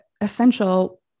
essential